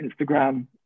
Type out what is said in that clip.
instagram